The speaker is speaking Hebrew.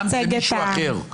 העם זה מישהו אחר.